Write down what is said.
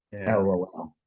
LOL